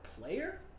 player